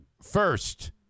first